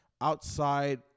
outside